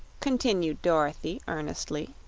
continued dorothy, earnestly.